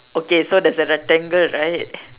okay so there's a rectangle right